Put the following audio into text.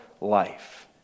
life